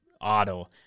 auto